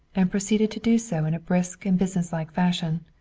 and proceeded to do so in a brisk and businesslike fashion.